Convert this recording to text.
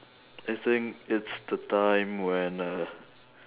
I think it's the time when uh